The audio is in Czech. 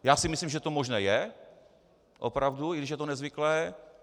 Já si myslím, že to možné je, opravdu, i když je to nezvyklé.